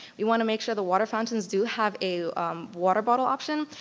we want to make sure the water fountains do have a um water bottle option,